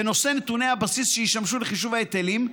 בנושא נתוני הבסיס שישמשו לחישוב ההיטלים,